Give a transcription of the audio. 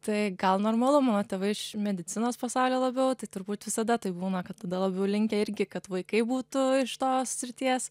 tai gal normalu mano tėvai iš medicinos pasaulio labiau tai turbūt visada taip būna kad tada labiau linkę irgi kad vaikai būtų iš tos srities